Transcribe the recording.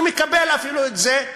אני מקבל אפילו את זה,